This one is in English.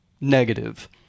negative